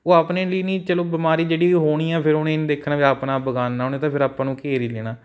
ਉਹ ਆਪਣੇ ਲਈ ਨਹੀਂ ਚਲੋ ਬਿਮਾਰੀ ਜਿਹੜੀ ਹੋਣੀ ਆ ਫਿਰ ਉਹਨੇ ਇਹ ਨਹੀਂ ਦੇਖਣਾ ਵੀ ਆਪਣਾ ਬੇਗਾਨਾ ਉਹਨੇ ਤਾਂ ਫਿਰ ਆਪਾਂ ਨੂੰ ਘੇਰ ਹੀ ਲੈਣਾ